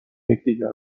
یکدیگر